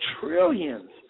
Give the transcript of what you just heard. trillions